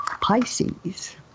Pisces